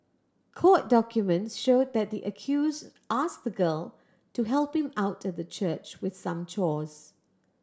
court documents showed that the accused asked the girl to help him out at the church with some chores